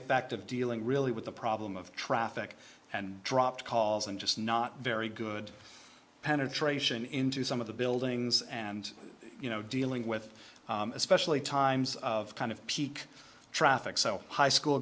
effect of dealing really with the problem of traffic and dropped calls and just not very good penetration into some of the buildings and you know dealing with especially times of kind of peak traffic so high school